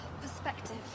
Perspective